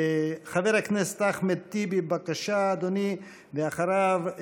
חבר הכנסת אחמד טיבי, בבקשה, אדוני, ואחריו,